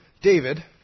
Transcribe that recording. David